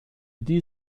die